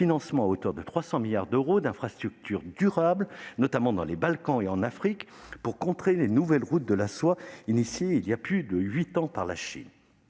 financement, à hauteur de 300 milliards d'euros, d'infrastructures durables dans les Balkans et en Afrique, pour contrer les nouvelles routes de la soie lancées voilà plus de huit ans par la Chine.